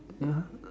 ya